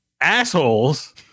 assholes